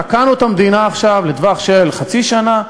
תקענו את המדינה עכשיו לטווח של חצי שנה,